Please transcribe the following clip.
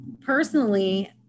personally